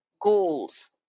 goals